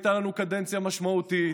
הייתה לנו קדנציה משמעותית,